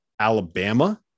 Alabama